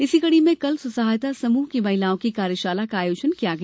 इसी कड़ी में कल स्व सहायता समूह की महिलाओं की कार्यशाला आयोजन किया गया